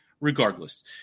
regardless